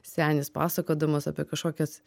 senis pasakodamas apie kažkokias